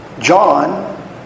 John